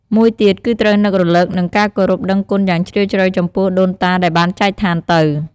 មួយទៀត គឺត្រូវនឹករលឹក និងការគោរពដឹងគុណយ៉ាងជ្រាលជ្រៅចំពោះដូនតាដែលបានចែកឋានទៅ។